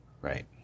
Right